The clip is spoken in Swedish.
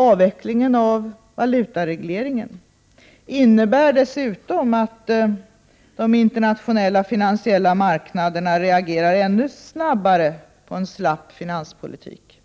Avvecklingen av valutaregleringen innebär dessutom att de internationella finansiella marknaderna reagerar ännu snabbare på en slapp finanspolitik.